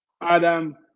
Adam